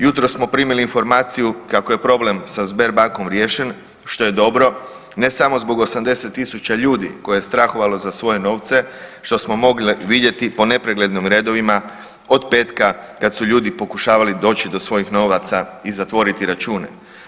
Jutros smo primili informaciju kako je problem sa Sberbankom riješen, što je dobro, ne samo zbog 80 tisuća ljudi koje je strahovalo za svoje novce, što smo mogli vidjeti po nepreglednim redovima od petka kad su ljudi pokušavali doći do svojih novaca i zatvoriti račune.